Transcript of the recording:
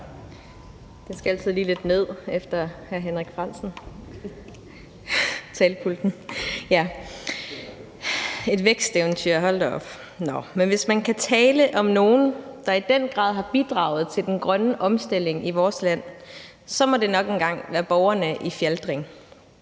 hvis man kan tale om nogen, der i den grad har bidraget til den grønne omstilling i vores land, må det nok en gang være borgerne i Fjaltring.